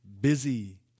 Busy